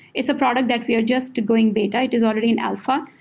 it's a product that we are just going beta. it is already in alpha,